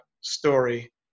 story